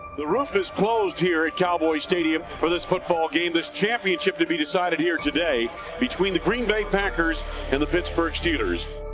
the roof is closed here at cowboys stadium for this football game, this championship to be decided here today between the green bay packers and the pittsburgh steelers.